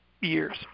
years